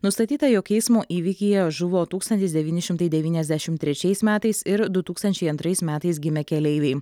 nustatyta jog eismo įvykyje žuvo tūkstantis devyni šimtai devyniasdešimt trečiais metais ir du tūkstančiai antrais metais gimę keleiviai